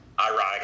ironic